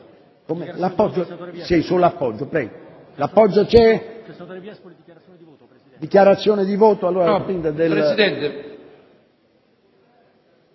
Presidente